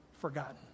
forgotten